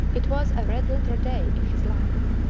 it was a red-letter day in his life.